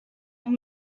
and